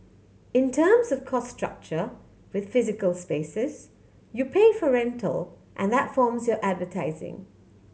in terms of cost structure with physical spaces you pay for rental and that forms your advertising